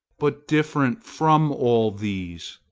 but different from all these.